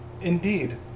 indeed